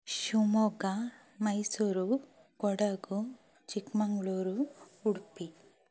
Shivamogga Mysuru Kodagu Chikkamagaluru Udupi